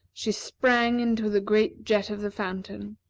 she sprang into the great jet of the fountain.